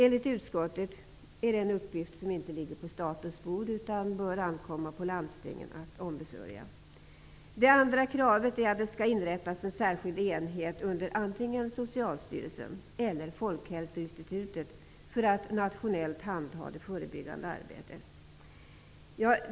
Enligt utskottet är det en uppgift som inte ligger på statens bord utan bör ankomma på landstingen att ombesörja. Det andra kravet är att det skall inrättas en särskild enhet under antingen Socialstyrelsen eller Folkhälsoinstitutet för att nationellt handha det förebyggande arbetet.